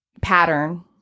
pattern